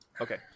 Okay